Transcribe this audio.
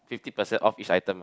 fifty percent off each item lah